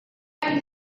kamus